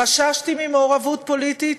חששתי ממעורבות פוליטית,